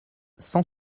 cent